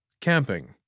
Camping